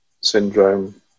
syndrome